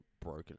broken